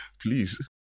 please